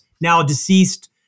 now-deceased